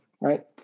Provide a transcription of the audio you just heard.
right